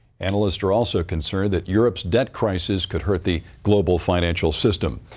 analysts are also concerned that europe's debt crisis could hurt the global financial system.